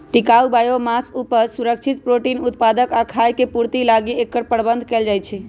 टिकाऊ बायोमास उपज, सुरक्षित प्रोटीन उत्पादक आ खाय के पूर्ति लागी एकर प्रबन्धन कएल जाइछइ